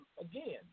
again